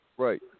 Right